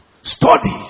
Study